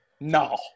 No